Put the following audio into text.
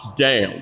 down